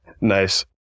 Nice